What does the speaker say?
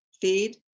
feed